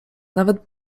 nawet